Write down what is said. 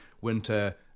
winter